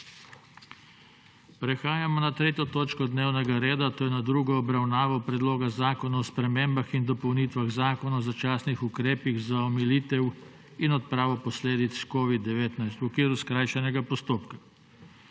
prekinjeno 3. točko dnevnega reda, to je z drugo obravnavo Predloga zakona o spremembah in dopolnitvah Zakona o začasnih ukrepih za omilitev in odpravo posledic COVID-19 v okviru skrajšanega postopka.**